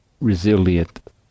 resilient